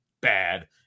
bad